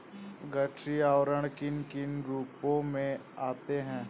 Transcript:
गठरी आवरण किन किन रूपों में आते हैं?